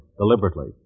Deliberately